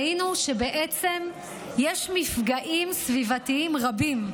וראינו שיש מפגעים סביבתיים רבים.